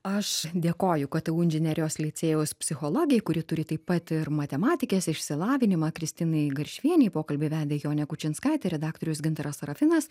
aš dėkoju ktu inžinerijos licėjaus psichologei kuri turi taip pat ir matematikės išsilavinimą kristinai garšvienei pokalbį vedė jonė kučinskaitė redaktorius gintaras sarafinas